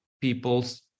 people's